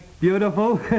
beautiful